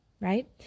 right